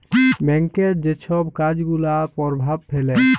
ব্যাংকের যে ছব কাজ গুলা পরভাব ফেলে